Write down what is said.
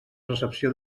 recepció